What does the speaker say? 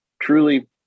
truly